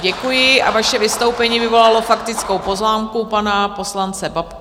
Děkuji a vaše vystoupení vyvolalo faktickou poznámku pana poslance Babky.